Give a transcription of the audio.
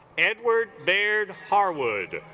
edward baird harwood